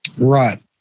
Right